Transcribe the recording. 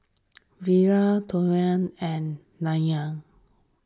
Vedre Rohit and Narayana